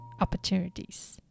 opportunities